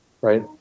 Right